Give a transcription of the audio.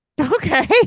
Okay